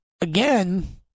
again